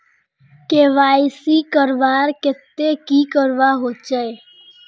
KYC करवार केते की करवा होचए?